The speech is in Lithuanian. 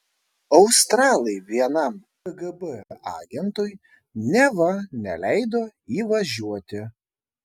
australai vienam kgb agentui neva neleido įvažiuoti